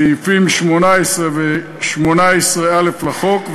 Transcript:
סעיפים 18 ו-18א לחוק,